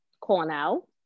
Cornell